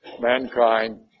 Mankind